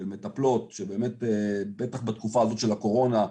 של מטפלות שבטח בתקופה הזו של הקורונה,